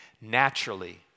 naturally